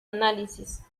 análisis